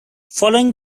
following